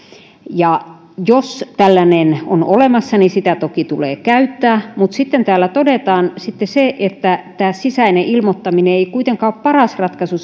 jos tällainen on olemassa niin sitä toki tulee käyttää mutta sitten täällä todetaan se että tämä sisäinen ilmoittaminen ei kuitenkaan ole paras ratkaisu